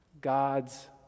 God's